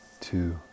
two